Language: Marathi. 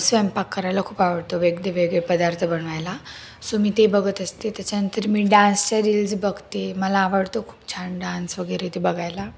स्वयंपाक करायला खूप आवडतं वेगळेवेगळे पदार्थ बनवायला सो मी ते बघत असते त्याच्यानंतर मी डान्सच्या रील्स बघते मला आवडतो खूप छान डान्स वगैरे ते बघायला